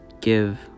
give